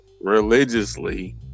religiously